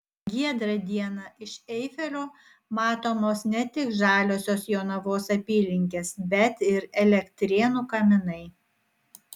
giedrą dieną iš eifelio matomos ne tik žaliosios jonavos apylinkės bet ir elektrėnų kaminai